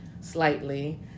Slightly